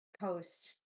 post